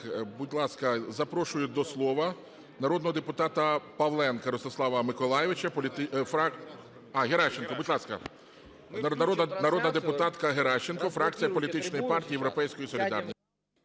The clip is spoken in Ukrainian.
будь ласка, запрошую до слова народного депутата Павленка Ростислава Миколайовича… А, Геращенко, будь ласка. Народна депутатка Геращенко, фракція політичної партії "Європейська солідарність".